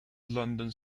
london